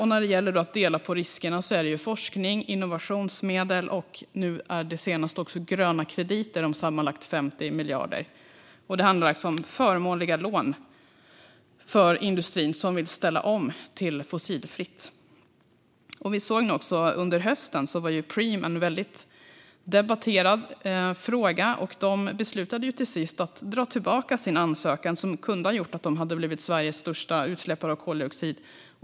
När det gäller att dela på riskerna är det fråga om forskning, innovationsmedel och gröna krediter på sammanlagt 50 miljarder. Det handlar alltså om förmånliga lån för industri som vill ställa om till fossilfritt. Vi har under hösten sett att Preem varit en debatterad fråga. De beslutade till sist att dra tillbaka den ansökan som kunde ha gjort dem till Sveriges största utsläppare av koldioxid.